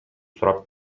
сурап